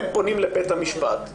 הם פונים לבית המשפט,